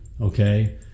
Okay